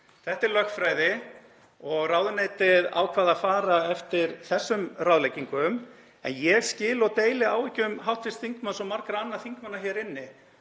Þetta er lögfræði og ráðuneytið ákvað að fara eftir þessum ráðleggingum en ég skil og deili áhyggjum hv. þingmanns og margra annarra þingmanna hér inni